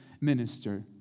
minister